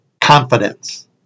confidence